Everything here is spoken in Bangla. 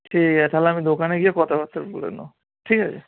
ঠিক আছে তাহলে আমি দোকানে গিয়ে কথাবার্তা বলে নেব ঠিক আছে